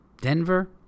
Denver